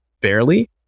barely